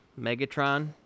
Megatron